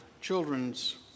children's